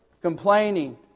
complaining